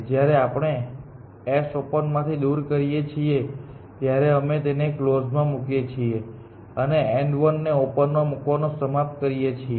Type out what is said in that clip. જ્યારે આપણે s ઓપનમાંથી દૂર કરીએ છીએ ત્યારે અમે તેને કલોઝ માં મૂકીએ છીએ અને n1 ને ઓપન માં મૂકવાનું સમાપ્ત કરીએ છીએ